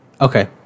okay